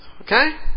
Okay